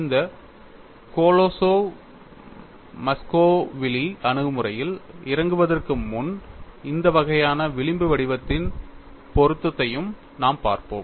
இந்த Kolosov Muskhelishvili அணுகுமுறையில் இறங்குவதற்கு முன் இந்த வகையான விளிம்பு வடிவத்தின் பொருத்தத்தையும் நாம் பார்ப்போம்